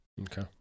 Okay